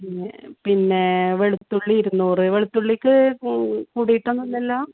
പിന്നെ പിന്നേ വെളുത്തുള്ളി ഇരുന്നൂറ് വെളുത്തുള്ളിക്ക് കൂ കൂടിട്ടൊന്നും ഇല്ലല്ലോ